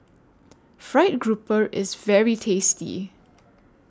Fried Grouper IS very tasty